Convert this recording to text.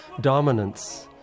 Dominance